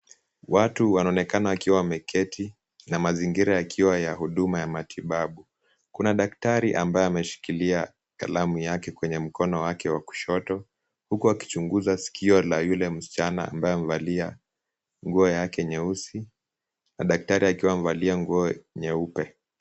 Watu wanaonekana wakiwa wameketi na mazingira yakiwa ya huduma ya matibabu. Kuna daktari ambaye ameshikilia kalamu yake kwenye mkono wake wa kushoto, huku akichunguza sikio la yule msichana ambaye amevalia nguo yake nyeusi, na daktari akiwa amevalia nguo nyeupe.